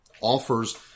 offers